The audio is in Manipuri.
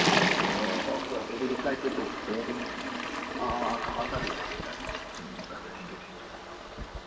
ꯑꯣ ꯑꯣ ꯑꯣꯀꯦ ꯑꯣꯀꯦ ꯑꯗꯨꯗꯤ ꯐ꯭ꯂꯥꯏꯠꯇꯨ ꯕꯨꯛꯇꯣ ꯑꯗꯨꯝ ꯑꯥ ꯑꯥ ꯑꯥ ꯀꯟꯐꯥꯝ ꯇꯥꯕꯤꯔꯣ ꯍꯥꯏꯐꯦꯠꯇ ꯊꯦꯡꯛ ꯌꯨ ꯊꯦꯡꯛ ꯌꯨ